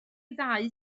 ddau